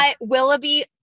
willoughby